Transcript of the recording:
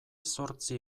zortzi